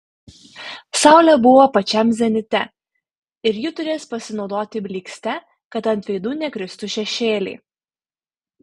saulė buvo pačiam zenite ir ji turės pasinaudoti blykste kad ant veidų nekristų šešėliai